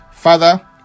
Father